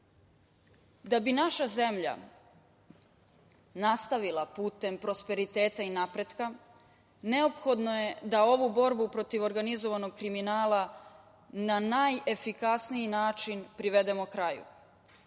bi naša zemlja nastavila putem prosperiteta i napretka neophodno da ovu borbu protiv organizovanog kriminala na najefikasniji način privedemo kraju,